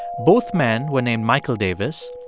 both men were named michael davis.